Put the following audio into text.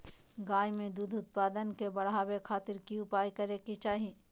गाय में दूध उत्पादन के बढ़ावे खातिर की उपाय करें कि चाही?